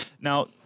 Now